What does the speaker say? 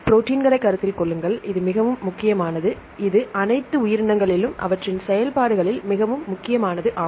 ப்ரோடீன்களை கருத்தில் கொள்ளுங்கள் இது மிகவும் முக்கியமானது இது அனைத்து உயிரினங்களிலும் அவற்றின் செயல்பாடுகளில் மிகவும் முக்கியமானது ஆகும்